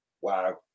Wow